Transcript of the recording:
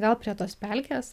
gal prie tos pelkės